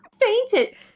fainted